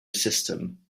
system